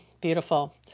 Beautiful